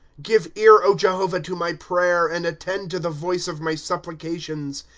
give e ir, jehovah, to my prayer. and attend to the voice of my supplications.